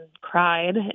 cried